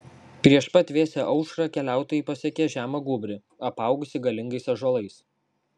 prieš pat vėsią aušrą keliautojai pasiekė žemą gūbrį apaugusį galingais ąžuolais